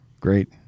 Great